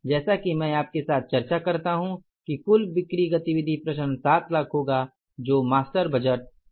जैसा कि मैं आपके साथ चर्चा करता हूं कि कुल बिक्री गतिविधि प्रसरण 7 लाख होगा जो मास्टर बजट था